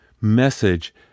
message